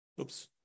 Oops